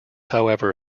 however